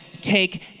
take